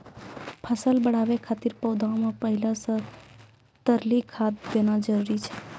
फसल बढ़ाबै खातिर पौधा मे पहिले से तरली खाद देना जरूरी छै?